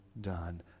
done